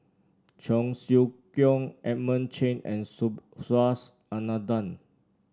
Cheong Siew Keong Edmund Cheng and Subhas Anandan